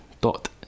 dot